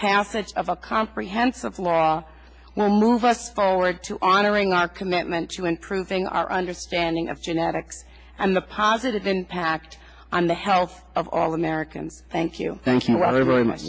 passage of a comprehensive law well move us forward to honoring our commitment to improving our understanding of genetics and the positive impact on the health of all americans thank you thank you ron a very much